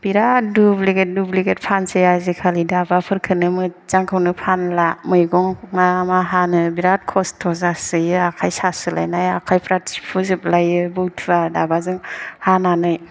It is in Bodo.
बिराथ दुब्लिगेट दिब्लिगेट फानसै आजिखालि दाबाफोरखौनो मोजांखौनो फानला मैगंआ मा हानो बिराथ खस्थ' जासोयो आखाइ सासोलायनाय आखायफ्रा थिफुजोबलायो बुथुवा दाबाजों हानानै